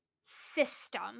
system